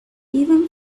even